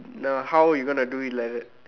now how you going to do it like that